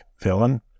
villain